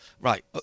Right